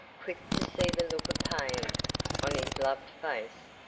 quick to see the look of pain on his loved face,